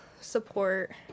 support